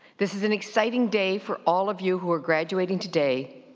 this is an exciting day for all of you who are graduating today,